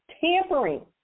tampering